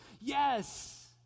Yes